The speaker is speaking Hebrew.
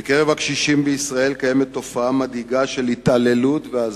בקרב הקשישים בישראל קיימת תופעה מדאיגה של התעללות והזנחה.